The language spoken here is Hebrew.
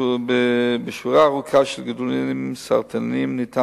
בשורה ארוכה של גידולים סרטניים ניתן